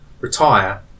retire